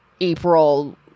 April